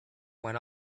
when